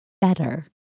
better